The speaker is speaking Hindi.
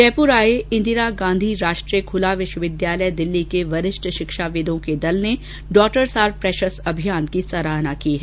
जयपुर आये इंदिरागांधी राष्ट्रीय खुला विश्वविद्यालय दिल्ली के वरिष्ठ शिक्षाविदों के दल ने डॉटर्स आर प्रेशस अभियान की सराहना की है